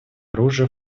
оружия